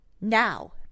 Now